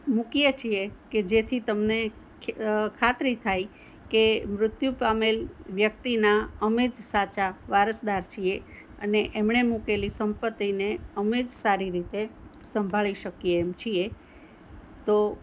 મૂકીએ છીએ કે જેથી તમને ખાતરી થાય કે મૃત્યુ પામેલ વ્યક્તિના અમે જ સાચા વારસદાર છીએ અને એમણે મૂકેલી સંપત્તિને અમે જ સારી રીતે સંભાળી શકીએ એમ છીએ તો